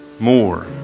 More